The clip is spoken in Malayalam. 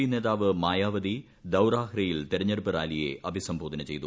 പി നേതാവ് മായാവതി ഭൌറാഹ്റയിൽ തെരഞ്ഞെടുപ്പ് റാലിയെ അഭിസംബോധന ചെയ്തു